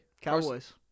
Cowboys